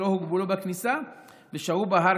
שלא הוגבלו בכניסה ושהו בהר,